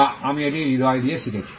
বা আমি এটি হৃদয় দিয়ে শিখেছি